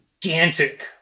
gigantic